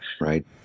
Right